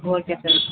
okay sir